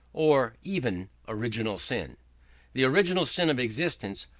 or even original sin the original sin of existence,